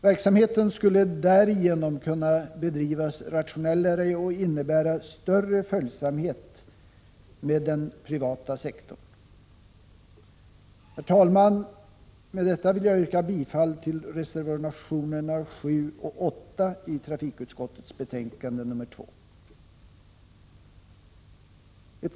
Verksamheten skulle därigenom kunna bedrivas rationellare, något som skulle innebära större följsamhet mot den privata sektorn. Herr talman! Med detta vill jag yrka bifall till reservationerna 7 och 8 i trafikutskottets betänkande nr 2.